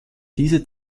diese